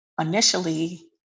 initially